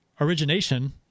origination